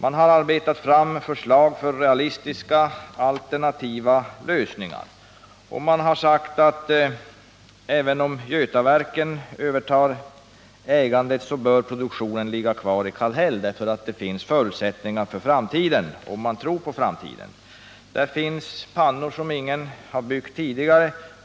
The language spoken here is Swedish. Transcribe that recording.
Man har arbetat fram förslag till realistiska alternativa lösningar, och man har sagt att även om Götaverken övertar ägandet bör produktionen ligga kvar i Kallhäll, därför att det finns förutsättningar för framtiden, om man tror på framtiden. Där finns pannor som ingen har byggt tidigare.